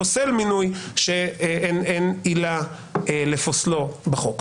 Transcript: פוסל מינוי שאין עילה לפוסלו בחוק.